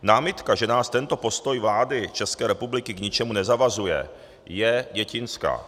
Námitka, že nás tento postoj vlády České republiky k ničemu nezavazuje, je dětinská.